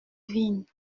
vignes